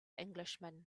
englishman